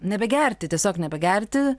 nebegerti tiesiog nebegerti